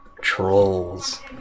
Trolls